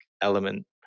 element